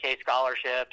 scholarships